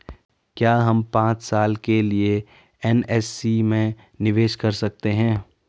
क्या हम पांच साल के लिए एन.एस.सी में निवेश कर सकते हैं?